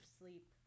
sleep